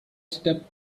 stepped